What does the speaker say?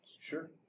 Sure